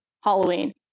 halloween